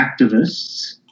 activists